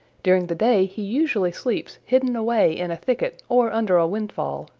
during the day he usually sleeps hidden away in a thicket or under a windfall,